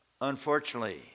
Unfortunately